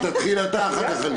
תודה.